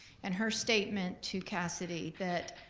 and her statement to cassidy that,